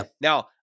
Now